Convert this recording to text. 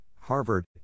Harvard